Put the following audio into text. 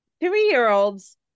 three-year-olds